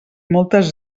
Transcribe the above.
moltes